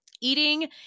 Eating